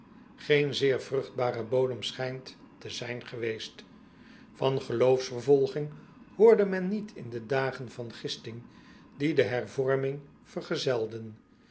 geen zeer vruchtbare bodem schijnt te zijn geweest an geloofsvervolging hoorde men niet in de dagen van gisting die de ervorming vergezelden